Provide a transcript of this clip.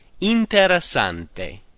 Interessante